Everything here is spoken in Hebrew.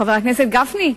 חבר הכנסת גפני,